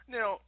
Now